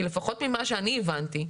כי לפחות ממה שאני הבנתי,